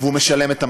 והוא משלם את המחיר.